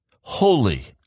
holy